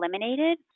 eliminated